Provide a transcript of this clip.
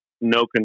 no